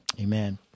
Amen